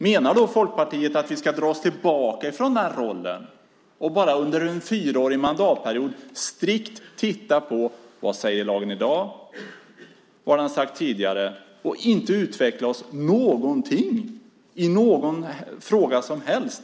Menar Folkpartiet att vi ska dra oss tillbaka från den rollen och under en fyraårig mandatperiod strikt titta på vad lagen säger i dag och vad den har sagt tidigare och inte utveckla oss på något sätt i någon fråga som helst?